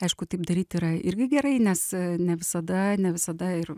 aišku taip daryt yra irgi gerai nes ne visada ne visada ir